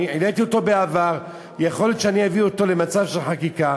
העליתי אותו בעבר ויכול להיות שאני אביא אותו למצב של חקיקה,